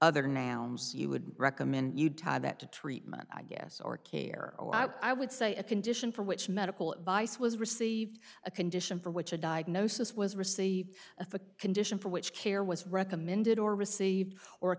other nouns you would recommend you tie that to treatment i guess or care i would say a condition for which medical advice was received a condition for which a diagnosis was received a condition for which care was recommended or received or a